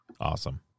Awesome